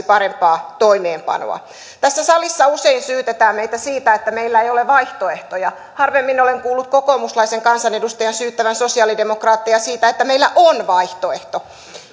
parempaa toimeenpanoa tässä salissa usein syytetään meitä siitä että meillä ei ole vaihtoehtoja harvemmin olen kuullut kokoomuslaisen kansanedustajan syyttävän sosiaalidemokraatteja siitä että meillä on vaihtoehto